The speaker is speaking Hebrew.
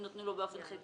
אם ניתנו לו באופן חלקי,